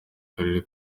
karere